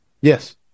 Yes